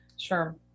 Sure